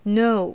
no